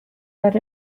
let